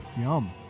Yum